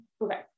Okay